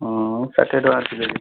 ହଁ ଷାଠିଏ ଟଙ୍କା କିଲୋ